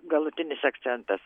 galutinis akcentas